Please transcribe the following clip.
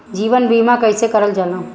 जीवन बीमा कईसे करल जाला?